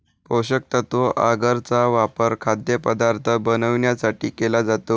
पोषकतत्व आगर चा वापर खाद्यपदार्थ बनवण्यासाठी केला जातो